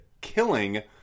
killing